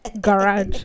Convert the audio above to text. garage